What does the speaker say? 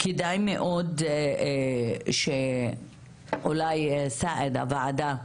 שכדאי מאוד שאולי סאיד הוועדה,